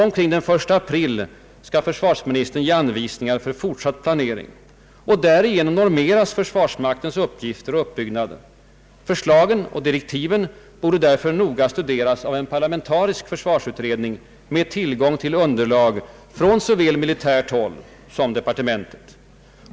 Omkring den 1 april skall försvarsministern ge anvisningar för fortsatt planering. Därigenom normeras försvarsmaktens uppgifter och uppbyggnad. Förslagen och direktiven borde därför noga studeras av en parlamentarisk försvarsutredning med tillgång till underlag från såväl militärt håll som departementet.